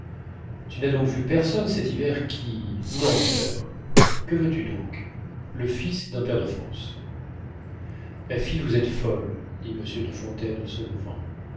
tu n'as donc vu personne cet hiver qui non mon père que veux-tu donc le fils d'un pair de france ma fille vous êtes folle dit monsieur de fontaine en se levant